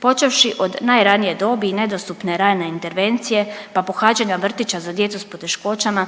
Počevši od najranije dobi i nedostupne rane intervencije, pa pohađanja vrtića za djecu s poteškoćama